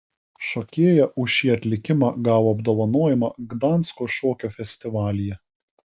šokėja už šį atlikimą gavo apdovanojimą gdansko šokio festivalyje